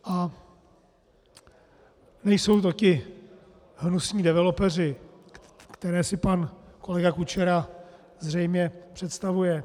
A nejsou ti hnusní developeři, které si pan kolega Kučera zřejmě představuje.